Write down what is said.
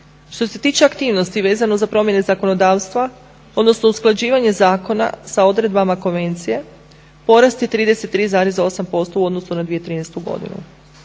Što se tiče aktivnosti vezano za promjene zakonodavstva, odnosno usklađivanje zakona sa odredbama konvencije porast je 33,8% u odnosu na 2013. godinu.